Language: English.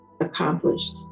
accomplished